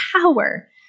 power